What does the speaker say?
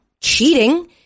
cheating